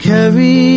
Carry